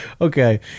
Okay